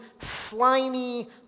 slimy